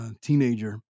teenager